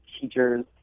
teachers